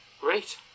great